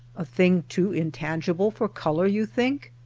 a thing too intangible for color you think?